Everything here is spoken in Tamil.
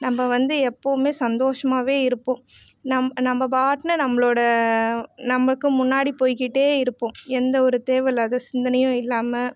நம்ம வந்து எப்போதுமே சந்தோஷமாகவே இருப்போம் நம் நம்ம பாட்டுனு நம்மளோட நமக்கு முன்னாடி போய்கிட்டே இருப்போம் எந்த ஒரு தேவை இல்லாத சிந்தனையும் இல்லாமல்